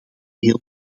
heel